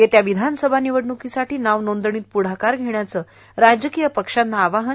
येत्या विधानसभा निवडणकीसाठी नाव नोंदणीत पदाकार घेण्याचं राजकीय पक्षांना आवाहन